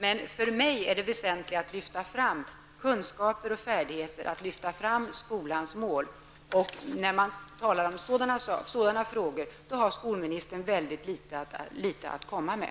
Men för mig är det väsentligt att lyfta fram kunskaper och färdigheter och skolans mål. När man talar om sådana frågor har skolministern mycket litet att komma med.